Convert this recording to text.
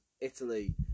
Italy